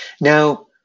Now